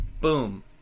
Boom